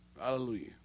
Hallelujah